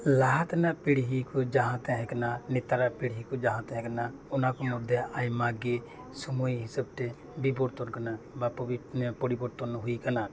ᱞᱟᱦᱟ ᱛᱮᱱᱟᱜ ᱯᱤᱲᱦᱤ ᱠᱚ ᱡᱟᱦᱟᱸ ᱛᱟᱦᱮᱸ ᱠᱟᱱᱟ ᱱᱮᱛᱟᱨᱟᱜ ᱯᱤᱲᱦᱤ ᱠᱚ ᱡᱟᱦᱟᱸ ᱛᱟᱦᱮᱸ ᱠᱟᱱᱟ ᱚᱱᱟ ᱠᱚ ᱢᱚᱫᱽᱫᱷᱮ ᱟᱭᱢᱟ ᱜᱮ ᱥᱚᱢᱚᱭ ᱦᱤᱥᱟᱹᱵᱽ ᱛᱮ ᱵᱤᱵᱚᱨᱛᱚᱱ ᱠᱟᱱᱟ ᱵᱟ ᱯᱚᱨᱤᱵᱚᱨᱛᱚᱱ ᱦᱩᱭ ᱟᱠᱟᱱᱟ